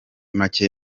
make